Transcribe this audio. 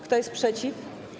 Kto jest przeciw?